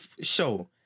show